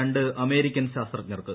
രണ്ട് അമേരിക്കൻ ശാസ്ത്രജ്ഞർക്ക്